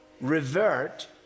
revert